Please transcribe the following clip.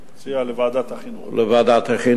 אני מציע לוועדת החינוך.